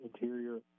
interior